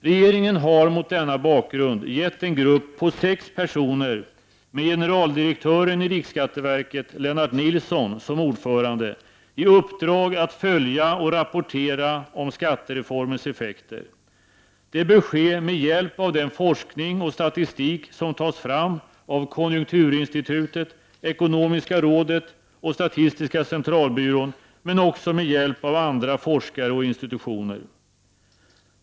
Regeringen har mot denna bakgrund gett en grupp på sex personer, med generaldirektören i riksskatteverket Lennart Nilsson som ordförande, i uppdrag att följa och rapportera om skattereformens effekter. Detta bör ske med hjälp av den forskning och statistik som tas fram av konjunkturinstitutet, ekonomiska rådet och statistiska centralbyrån men också med hjälp av andra forskare och institutioner.